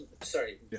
sorry